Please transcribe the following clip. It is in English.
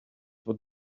what